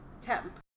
Temp